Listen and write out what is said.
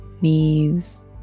knees